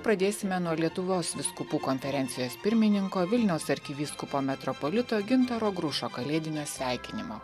pradėsime nuo lietuvos vyskupų konferencijos pirmininko vilniaus arkivyskupo metropolito gintaro grušo kalėdinio sveikinimo